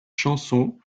chansons